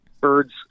birds